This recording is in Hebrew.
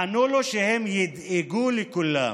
ענו לו שהם ידאגו לכולם.